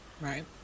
Right